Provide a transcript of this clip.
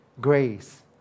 Grace